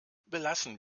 belassen